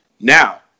Now